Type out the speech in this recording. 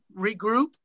regroup